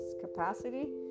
capacity